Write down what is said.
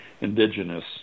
indigenous